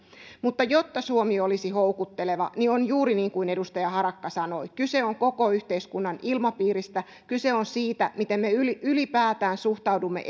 mutta jotta suomi olisi houkutteleva niin on juuri niin kuin edustaja harakka sanoi kyse on koko yhteiskunnan ilmapiiristä kyse on siitä miten me ylipäätään suhtaudumme